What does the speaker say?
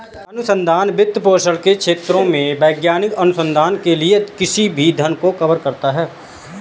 अनुसंधान वित्तपोषण के क्षेत्रों में वैज्ञानिक अनुसंधान के लिए किसी भी धन को कवर करता है